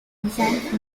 designed